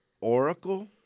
Oracle